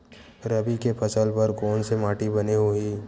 रबी के फसल बर कोन से माटी बने होही?